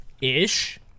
ish